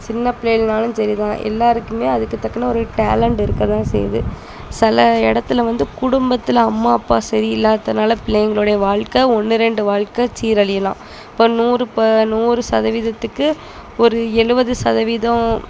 சின்ன பிள்ளையளானாலும் சரி தான் எல்லாருக்குமே அதுக்கு தக்கன ஒரு டேலண்ட் இருக்க தான் செய்து சில இடத்துல வந்து குடும்பத்தில் அம்மா அப்பா சரி இல்லாதனால் பிள்ளைங்களுடைய வாழ்க்க ஒன்று ரெண்டு வாழ்க்க சீரலியலாம் இப்போ நூறு இப்போ நூறு சதவீதத்துக்கு ஒரு எழுவது சதவீதம்